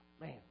Man